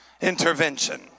intervention